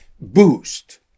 boost